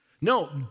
No